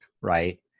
right